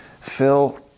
phil